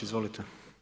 Izvolite.